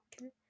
Okay